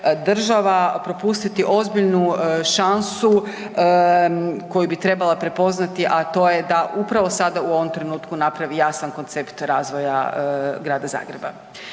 država propustiti ozbiljnu šansu koju bi trebala prepoznati a to je da upravo sada i u ovom trenutku napravi jasan koncept razvoja grada Zagreba.